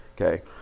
Okay